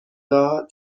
داد